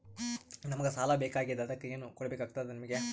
ನಮಗ ಸಾಲ ಬೇಕಾಗ್ಯದ ಅದಕ್ಕ ಏನು ಕೊಡಬೇಕಾಗ್ತದ ನಿಮಗೆ?